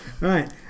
right